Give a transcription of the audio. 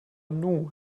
knew